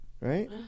right